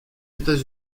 états